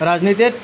ৰাজনীতিত